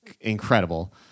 Incredible